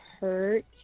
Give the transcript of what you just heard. hurt